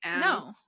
No